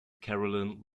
caroline